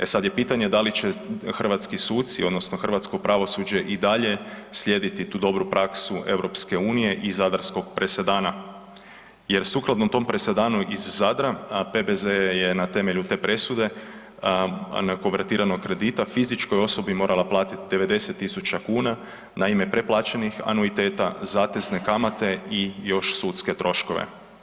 E sada je pitanje da li će hrvatski suci odnosno hrvatsko pravosuđe i dalje slijediti tu dobru praksu EU i zadarskog presedana jer sukladno tom presedanu iz Zadra PBZ je na temelju te presude konvertiranog kredita fizičkoj osobi morala platiti 90.000 kuna na ime preplaćenih anuiteta, zatezne kamate i još sudske troškove.